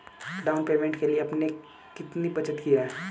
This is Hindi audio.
डाउन पेमेंट के लिए आपने कितनी बचत की है?